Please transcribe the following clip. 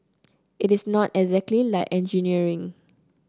it is not exactly like engineering